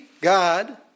God